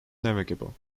navigable